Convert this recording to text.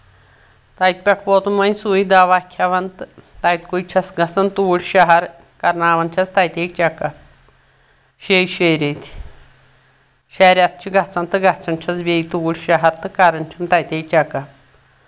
تَتہِ پٮ۪ٹھ ووٚتُم وۄنۍ سُے دوا کھؠون تہٕ تَتہِ کُے چھَس گژھان توٗرۍ شہر کرناوان چھَس تَتہِ چک اَپ شےٚ شےٚ رٮ۪تۍ شےٚ رٮ۪تھ چھِ گژھان تہٕ گژھان چھس بیٚیہِ توٗرۍ شہر تہٕ کران چھُم تَتے چکپ